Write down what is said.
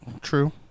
True